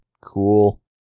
Cool